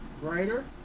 brighter